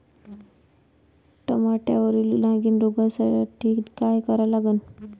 टमाट्यावरील नागीण रोगसाठी काय करा लागन?